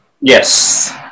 Yes